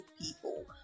people